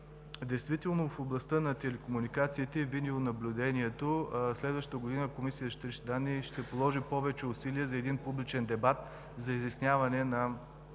действително в областта на телекомуникациите и видеонаблюдението през следващата година Комисията за защита на личните данни ще положи повече усилия за публичен дебат за изясняване